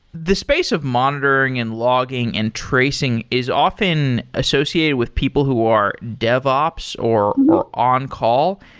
the space of monitoring and logging and tracing is often associated with people who are dev ops or on-call.